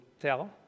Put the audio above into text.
tell